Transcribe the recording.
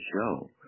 show